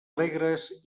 alegres